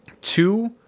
Two